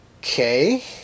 okay